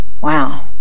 Wow